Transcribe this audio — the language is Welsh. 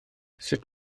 sut